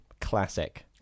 Classic